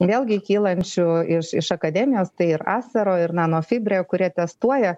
vėlgi kylančių iš iš akademijos tai ir asaro ir nano fibre kurie testuoja